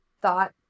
thought